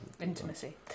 Intimacy